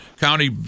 county